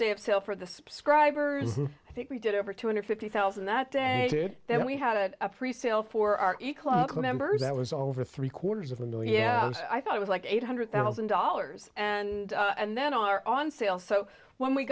day of sale for the subscribers and i think we did over two hundred fifty thousand that day then we had a resale for our members that was over three quarters of a mil yeah i thought it was like eight hundred thousand dollars and and then our on sale so when we